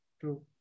True